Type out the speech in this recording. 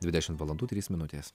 dvidešimt valandų trys minutės